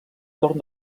torn